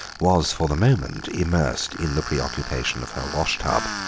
was for the moment immersed in the preoccupation of her washtub.